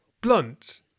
blunt